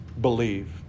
believe